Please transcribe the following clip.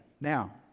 Now